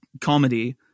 comedy